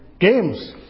games